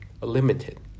limited